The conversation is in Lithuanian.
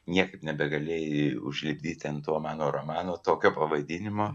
niekaip nebegalėjai užlipdyti ant to mano romano tokio pavadinimo